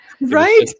right